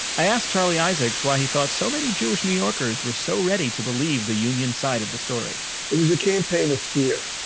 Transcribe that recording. i asked charlie isaacs why he thought so many jewish new yorkers were so ready to believe the union's side of the story it was a campaign of fear.